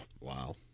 wow